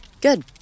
Good